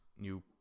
new